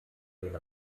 den